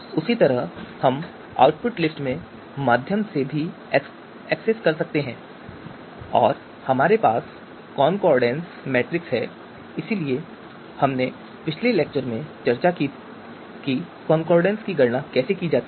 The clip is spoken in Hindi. उसी तरह हम आउटपुट लिस्ट के माध्यम से भी एक्सेस कर सकते हैं और हमारे पास कॉनकॉर्डेंस मैट्रिक्स है इसलिए हमने पिछले लेक्चर में चर्चा की है कि कॉनकॉर्डेंस की गणना कैसे की जाती है